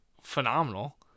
phenomenal